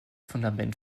fundament